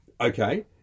Okay